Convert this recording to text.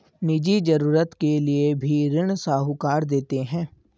निजी जरूरत के लिए भी ऋण साहूकार देते हैं